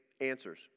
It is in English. answers